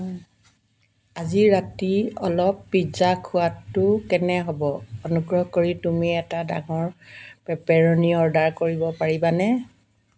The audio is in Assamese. আজি ৰাতি অলপ পিজ্জা খোৱাটো কেনে হ'ব অনুগ্ৰহ কৰি তুমি এটা ডাঙৰ পেপেৰ'নি অৰ্ডাৰ কৰিব পাৰিবানে